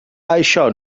això